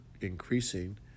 increasing